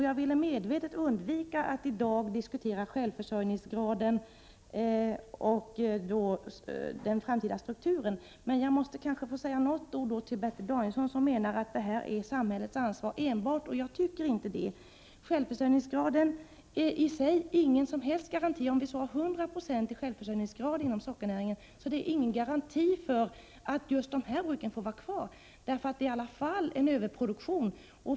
Jag ville medvetet undvika att i dag diskutera självförsörjningsgraden och den framtida strukturen. Men jag måste få säga något ord till Bertil Danielsson, som menar att det enbart är samhällets ansvar. Jag tycker inte det. Självförsörjningsgraden är i sig ingen som helst garanti. Om vi så har 100 96 självförsörjningsgrad inom sockernäringen, är det ingen garanti för att ett visst, enskilt bruk får vara kvar. Det sker i alla fall en överproduktion.